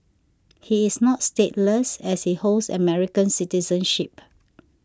he is not stateless as he holds American citizenship